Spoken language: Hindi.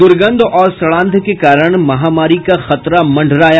दुर्गंध और सड़ांध के कारण महामारी का खतरा मंडराया